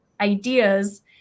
ideas